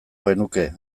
genuke